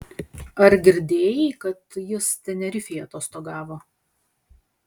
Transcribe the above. ar girdėjai kad jis tenerifėj atostogavo